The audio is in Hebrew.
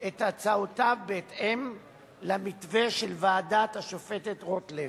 את הצעותיו בהתאם למתווה של ועדת השופטת רוטלוי.